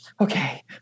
okay